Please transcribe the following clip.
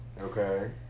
okay